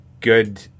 good